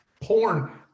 porn